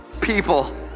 people